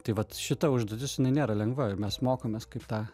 tai vat šita užduotis jinai nėra lengva ir mes mokomės kaip tą